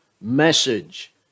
message